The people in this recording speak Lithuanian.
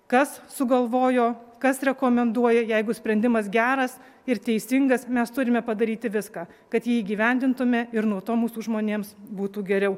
kas sugalvojo kas rekomenduoja jeigu sprendimas geras ir teisingas mes turime padaryti viską kad jį įgyvendintume ir nuo to mūsų žmonėms būtų geriau